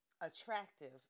attractive